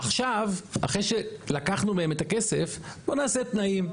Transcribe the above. עכשיו, אחרי שלקחנו מהם את הכסף בואו נעשה תנאים.